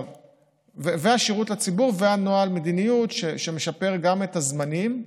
השירות לציבור ונוהל מדיניות שמשפר גם את הזמנים,